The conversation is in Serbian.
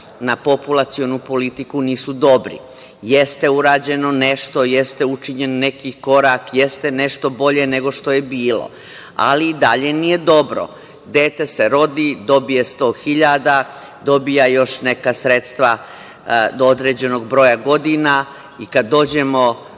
na populacionu politiku nisu dobri. Jeste urađeno nešto, jeste učinjen neki korak, jeste nešto bolje nego što je bilo, ali i dalje nije dobro. Dete se rodi, dobije 100.000, dobija još neka sredstva do određenog broja godina i kada dođemo